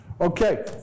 okay